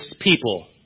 people